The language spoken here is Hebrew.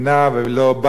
ולא בית,